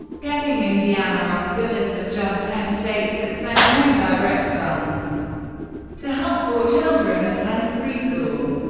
getting indiana off the list of just ten states that spent no direct funds to help poor children attend preschool.